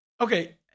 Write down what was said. Okay